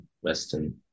Western